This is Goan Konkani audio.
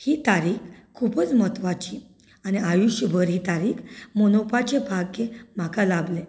ही तारीख खूबच म्हत्वाची आनी आयुश्य भर ही तारीख मनोवपाचें भाग्य म्हाका लाबलें